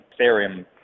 Ethereum